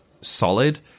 solid